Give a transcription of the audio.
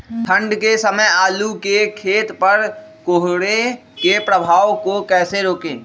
ठंढ के समय आलू के खेत पर कोहरे के प्रभाव को कैसे रोके?